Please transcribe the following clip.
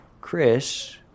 Chris